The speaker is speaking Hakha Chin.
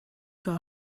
kaa